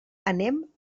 anem